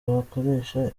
bakoresha